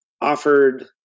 offered